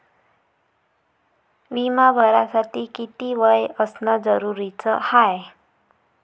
बिमा भरासाठी किती वय असनं जरुरीच हाय?